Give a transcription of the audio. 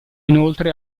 inoltre